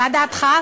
מה דעתך?